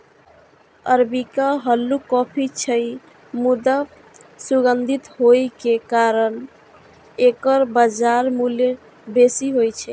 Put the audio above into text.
arabica हल्लुक coffee छियै, मुदा सुगंधित होइ के कारण एकर बाजार मूल्य बेसी होइ छै